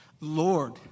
Lord